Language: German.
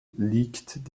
liegt